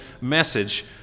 message